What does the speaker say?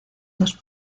dos